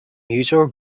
mutual